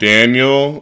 Daniel